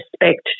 respect